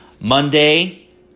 Monday